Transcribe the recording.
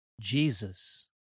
Jesus